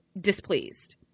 displeased